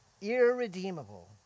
irredeemable